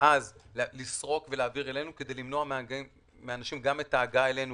אז לסרוק ולהעביר אלינו כדי למנוע מאנשים גם את ההגעה אלינו,